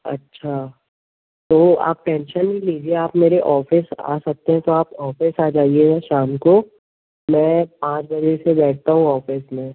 अच्छा तो आप टेंसन नहीं लीजिए आप मेरे ऑफ़िस आ सकते हैं तो आप ऑफ़िस आ जाइएगा शाम को मैं पाँच बजे से बैठता हूँ ऑफ़िस में